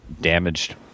damaged